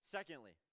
Secondly